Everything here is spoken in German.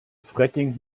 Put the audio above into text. fracking